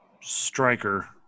Striker